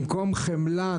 במקום חמלה,